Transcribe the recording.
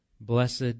Blessed